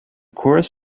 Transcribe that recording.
chorus